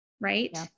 Right